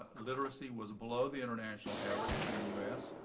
ah literacy was below the international average in the us.